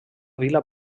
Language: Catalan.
vila